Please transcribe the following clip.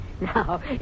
Now